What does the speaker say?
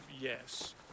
yes